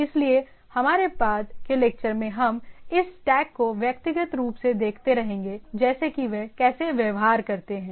इसलिए हमारे बाद के लेक्चर में हम इस स्टैक को व्यक्तिगत रूप से देखते रहेंगे जैसे कि वे कैसे व्यवहार करते हैं